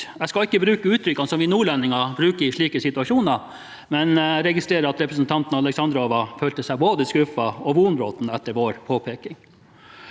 Jeg skal ikke bruke uttrykk som vi nordlendinger bruker i slike situasjoner, men registrerer at representanten Alexandrova følte seg både «skuffa og vonbroten» etter vår påpekning.